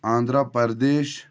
Andhra Pradesh